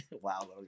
wow